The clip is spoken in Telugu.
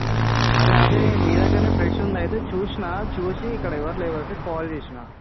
అదే అదే మీ దగ్గర ఫ్రెష్ ఉంది అయితే చూసిన చూసి ఇక్కడ ఎవరు లేకపోతే కాల్ చేసిన